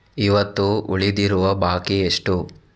ಇವತ್ತು ಉಳಿದಿರುವ ಬಾಕಿ ಎಷ್ಟು?